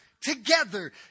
together